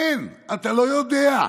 אין, אתה לא יודע.